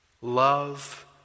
love